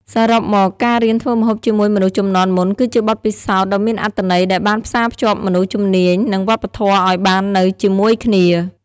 សរុបមក ការរៀនធ្វើម្ហូបជាមួយមនុស្សជំនាន់មុនគឺជាបទពិសោធន៍ដ៏មានអត្ថន័យដែលបានផ្សារភ្ជាប់មនុស្សជំនាញ និងវប្បធម៌ឱ្យបាននៅជាមួយគ្នា។